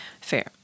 Fair